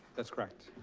that's correct.